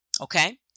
Okay